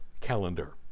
calendar